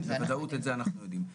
זה בוודאות אנחנו יודעים.